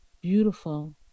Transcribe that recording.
Beautiful